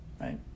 Right